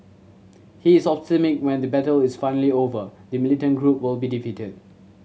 he is optimistic when the battle is finally over the militant group will be defeated